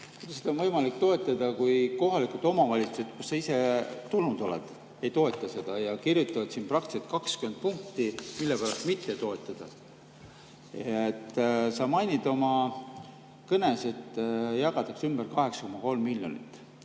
Kuidas seda on võimalik toetada, kui kohalikud omavalitsused, kust sa ise tulnud oled, ei toeta seda ja kirjutavad siin praktiliselt 20 punkti, mille pärast mitte toetada. Sa mainisid oma kõnes, et jagatakse ümber 8,3 miljonit.